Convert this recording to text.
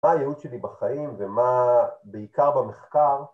מה הייעוד שלי בחיים ומה בעיקר במחקר